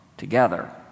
Together